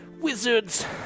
Wizards